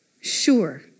Sure